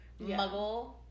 muggle